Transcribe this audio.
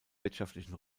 wirtschaftlichen